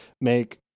make